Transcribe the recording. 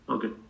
Okay